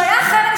אתה שקרן.